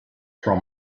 from